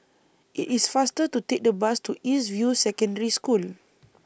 IT IS faster to Take The Bus to East View Secondary School